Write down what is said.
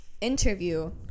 interview